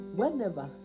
whenever